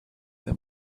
then